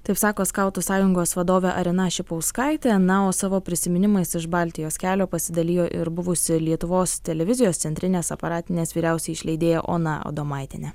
taip sako skautų sąjungos vadovė arina šipauskaitė na o savo prisiminimais iš baltijos kelio pasidalijo ir buvusi lietuvos televizijos centrinės aparatinės vyriausioji išleidėja ona adomaitienė